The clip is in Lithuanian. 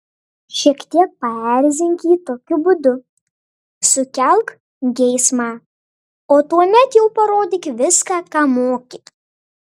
šiek tiek paerzink jį tokiu būdu sukelk geismą o tuomet jau parodyk viską ką moki